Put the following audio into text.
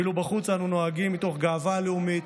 ואילו בחוץ לנהוג מתוך גאווה לאומית,